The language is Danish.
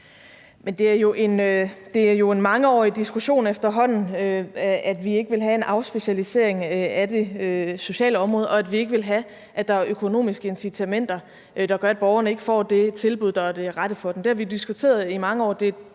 Det er jo en mangeårig diskussion efterhånden, at vi ikke vil have en afspecialisering af det sociale område, og at vi ikke vil have, at der er økonomiske incitamenter, der gør, at borgerne ikke får det tilbud, der er det rette for dem. Det har vi jo diskuteret i mange år,